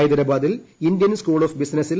ഹൈദരാബാദിൽ Indian school of ബിസിനസിൽ ഡോ